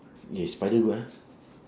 yes spider go ah